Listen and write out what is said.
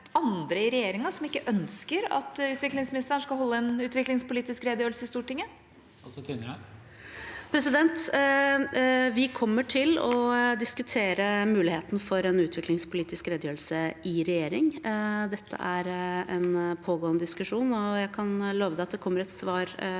Er det andre i regjeringa som ikke ønsker at utviklingsministeren skal holde en utviklingspolitisk redegjørelse i Stortinget? Statsråd Anne Beathe Kristiansen Tvinnereim Vi kommer til å diskutere muligheten for en utviklingspolitisk redegjørelse i regjering. Dette er en pågående diskusjon, og jeg kan love at det kommer et svar